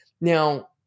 Now